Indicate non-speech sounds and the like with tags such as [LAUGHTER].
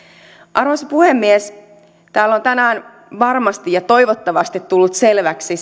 arvoisa puhemies täällä on tänään varmasti ja toivottavasti tullut selväksi [UNINTELLIGIBLE]